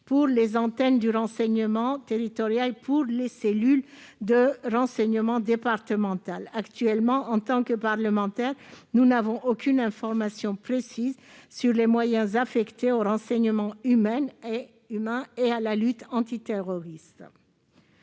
des antennes du renseignement territorial et des cellules de renseignement départementales, nous ne disposons actuellement, en tant que parlementaires, d'aucune information précise sur les moyens affectés au renseignement humain et à la lutte antiterroriste.